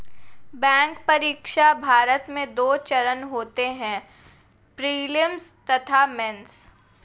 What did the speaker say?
bank परीक्षा, भारत में दो चरण होते हैं प्रीलिम्स तथा मेंस